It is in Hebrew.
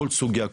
כל סוגייה,